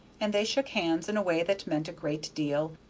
and they shook hands in a way that meant a great deal,